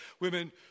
women